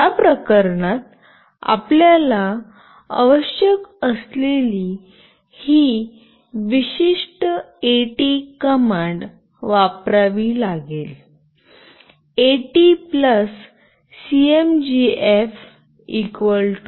त्या प्रकरणात आपल्याला आवश्यक असलेली ही विशिष्ट एटी कमांड वापरावी लागेल "एटी सीएमजीएफ 1" ATCMGF1